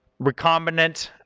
recombinant,